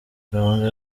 gahunda